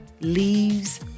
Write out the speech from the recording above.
leaves